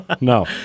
No